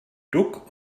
duck